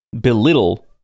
belittle